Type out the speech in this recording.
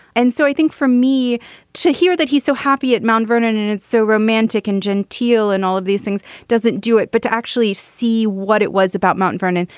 and so i think for me to hear that he's so happy at mount vernon and it's so romantic and genteel and all of these things doesn't do it. but to actually see what it was about mt. vernon.